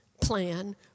plan